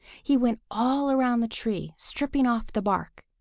he went all around the tree, stripping off the bark.